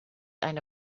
eine